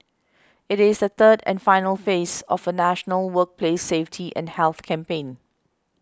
it is the third and final phase of a national workplace safety and health campaign